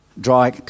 Dry